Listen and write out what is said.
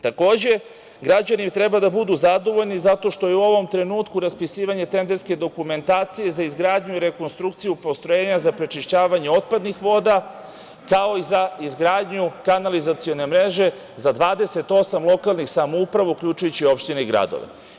Takođe, građani treba da budu zadovoljni zato što je u ovom trenutku raspisivanje tenderske dokumentacije za izgradnju i rekonstrukciju postrojenja za prečišćavanje otpadnih voda, kao i za izgradnju kanalizacione mreže za 28 lokalnih samouprava, uključujući opštine i gradove.